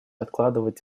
откладывать